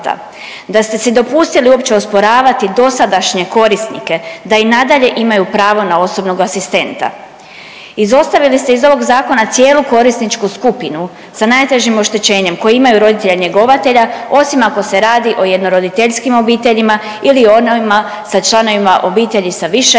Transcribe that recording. da ste si dopustili uopće osporavati dosadašnje korisnike da i nadalje imaju pravo na osobnog asistenta. Izostavili ste iz ovog zakona cijelu korisničku skupinu sa najtežim oštećenjem koji imaju roditelja njegovatelja osim ako se radi o jednoroditeljskim obiteljima ili onima sa članovima obitelji sa više